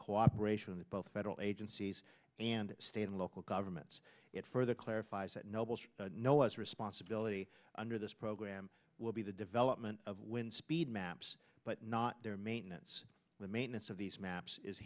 cooperation with both federal agencies and state and local governments it further clarifies that knoebels no us responsibility under this program will be the development of wind speed but not their maintenance the maintenance of these maps is